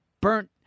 burnt